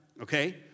Okay